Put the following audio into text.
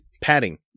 Padding